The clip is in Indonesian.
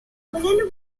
mohon